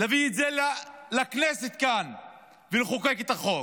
להביא את זה לכנסת ולחוקק את החוק.